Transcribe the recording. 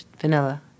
Vanilla